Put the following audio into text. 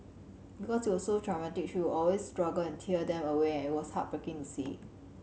because it was so traumatic she would always struggle and tear them away and it was heartbreaking to see